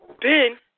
Ben